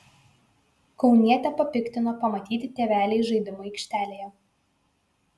kaunietę papiktino pamatyti tėveliai žaidimų aikštelėje